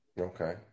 Okay